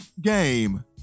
game